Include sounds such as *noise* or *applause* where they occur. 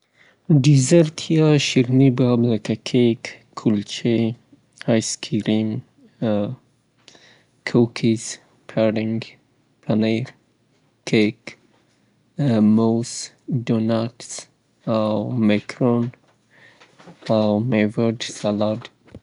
ډیسیرت یا خواږه شیان ډیر زیات انواوې لري زه به د یو څو نمونه واخلم لکه کیک شو، *hesitation* آیسکریم شو، کلچې شوې، جیلبۍ شوې، پاډنګ شو، موز شو، پنیر کیک شو، او همدارنګه جلبۍ شوې، میټايي یا فرني.